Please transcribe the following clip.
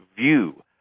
view